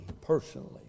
personally